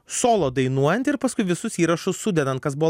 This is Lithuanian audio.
solo dainuojant ir paskui visus įrašus sudedant kas buvo